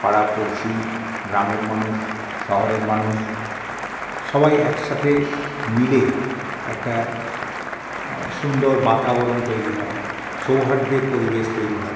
পাড়া পড়শি গ্রামের মানুষ শহরের মানুষ সবাই একসাথে মিলে একটা সুন্দর বাতাবরণ তৈরি হয় সৌহার্দের পরিবেশ তৈরি হয়